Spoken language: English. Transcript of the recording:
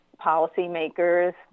policymakers